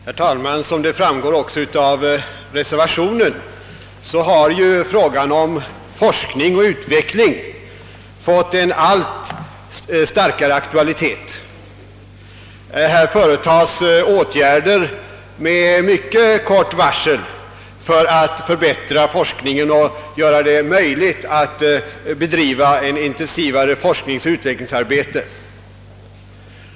Herr talman! Såsom framgår även av reservationen har frågan om forskning och utveckling fått allt starkare aktualitet. Det vidtas åtgärder med mycket kort varsel för att förbättra forskningens möjligheter och skapa förutsättningar för ett intensivare forskningsoch utvecklingsarbete.